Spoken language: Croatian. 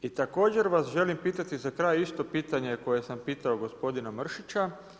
I također vas želim pitati za kraj isto pitanje koje sam pitao gospodina Mrsića.